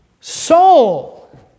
soul